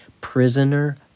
prisoner